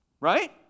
Right